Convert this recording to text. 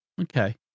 okay